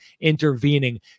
intervening